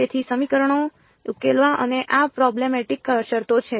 તેથી સમીકરણો ઉકેલવા અને આ પ્રૉબ્લેમેટિક શરતો છે